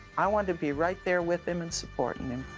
i wanted to be right there with him and supporting him.